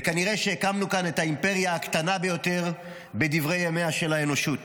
וכנראה שהקמנו כאן את האימפריה הקטנה ביותר בדברי ימיה של האנושות.